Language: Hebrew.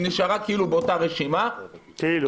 היא נשארה כאילו באותה רשימה -- כאילו.